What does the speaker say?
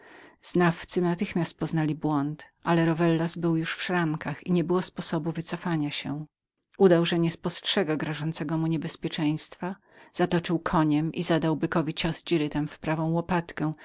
znawcy natychmiast poznali błąd ale rowellas był już w szrankach i niebyło sposobu wycofania się udał że niepostrzega grożącego mu niebezpieczeństwa zatoczył koniem i zadał bykowi raz dzirytem w prawą łopatkę